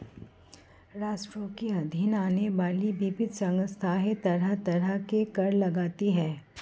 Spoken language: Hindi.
राष्ट्र के अधीन आने वाली विविध संस्थाएँ तरह तरह के कर लगातीं हैं